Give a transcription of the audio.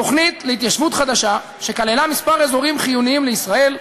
תוכנית להתיישבות חדשה שכללה כמה אזורים חיוניים לישראל,